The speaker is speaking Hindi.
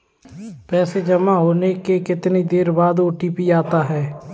पैसा जमा होने के कितनी देर बाद ओ.टी.पी आता है?